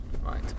Right